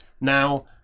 now